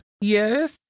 Yes